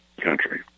country